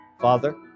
Father